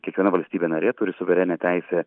kiekviena valstybė narė turi suverenią teisę